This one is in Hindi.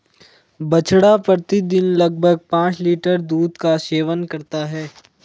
बछड़ा प्रतिदिन लगभग पांच लीटर दूध का सेवन करता है